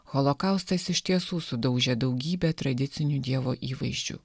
holokaustas iš tiesų sudaužė daugybę tradicinių dievo įvaizdžių